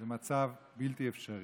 זה מצב בלתי אפשרי.